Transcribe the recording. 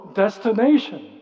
destination